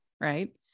Right